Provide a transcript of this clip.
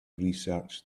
research